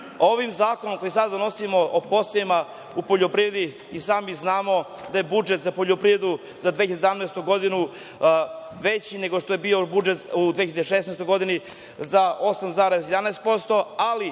zakonom koji sada donosimo, o podsticajima u poljoprivredi i sami znamo da je budžet za poljoprivredu za 2017. godinu veći nego što je bio budžet u 2016. godini za 8,11% ali